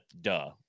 duh